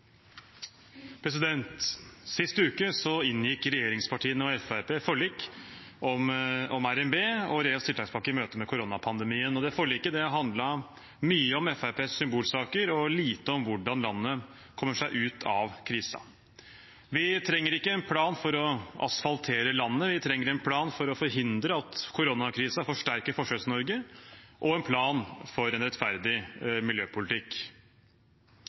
forlik om rnb og en ny tiltakspakke i forbindelse med koronapandemien. Det forliket handlet mye om Fremskrittspartiets symbolsaker og lite om hvordan landet kommer seg ut av krisen. Vi trenger ikke en plan for å asfaltere landet, vi trenger en plan for å forhindre at koronakrisen forsterker Forskjells-Norge, og en plan for en rettferdig miljøpolitikk.